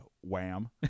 Wham